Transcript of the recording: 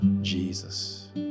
Jesus